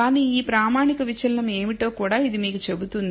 కానీ ఈ ప్రామాణిక విచలనం ఏమిటో కూడా ఇది మీకు చెబుతుంది